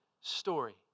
story